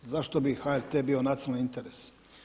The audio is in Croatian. Zašto bi HRT bio nacionalni interes?